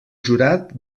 jurat